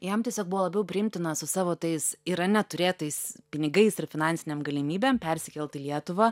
jam tiesiog buvo labiau priimtina su savo tais irane turėtais pinigais ir finansinėm galimybėm persikelt į lietuvą